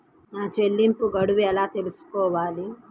నా చెల్లింపు గడువు ఎలా తెలుసుకోవాలి?